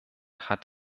hat